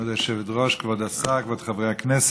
כבוד היושבת-ראש, כבוד השר, כבוד חברי הכנסת,